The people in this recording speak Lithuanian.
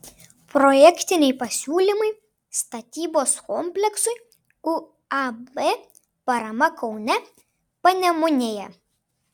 projektiniai pasiūlymai statybos kompleksui uab parama kaune panemunėje